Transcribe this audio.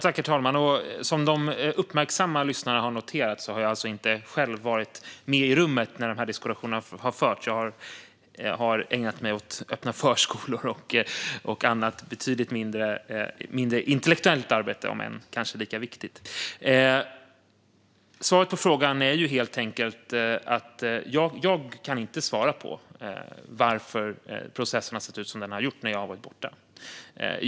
Herr talman! Som de uppmärksamma lyssnarna har noterat har jag inte själv varit med i rummet när de här diskussionerna har förts. Jag har ägnat mig åt öppna förskolor och annat, betydligt mindre intellektuellt arbete - om än kanske lika viktigt. Svaret på frågan är helt enkelt att jag inte kan svara på varför processen har sett ut som den har gjort när jag har varit borta.